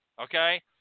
Okay